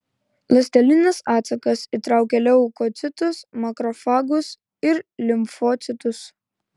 ląstelinis atsakas įtraukia leukocitus makrofagus ir limfocitus